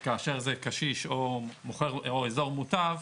וכאשר זה קשיש או אזור מוטב,